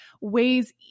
ways